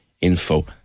info